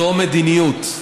זו מדיניות.